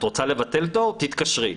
את רוצה לבטל תור תתקשרי.